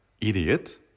idiot